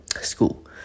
school